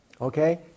Okay